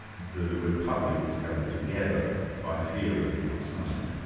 the republic is held together by fear of the outside.